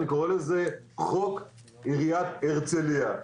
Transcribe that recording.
אני קורא לזה חוק עיריית הרצליה.